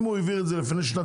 אם הוא העביר את זה לפני שנתיים,